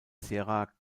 sierra